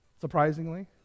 surprisingly